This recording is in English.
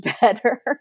better